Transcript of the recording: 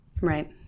right